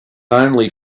only